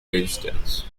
resistance